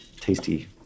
tasty